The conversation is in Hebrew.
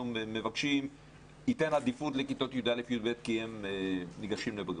מבקשים ייתן עדיפות לכיתות י"א י"ב כי הן ניגשות לבריאות.